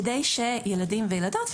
כדי שילדים וילדות,